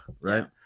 right